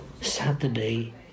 Saturday